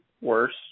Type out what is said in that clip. worse